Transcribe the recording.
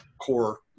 core